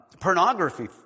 pornography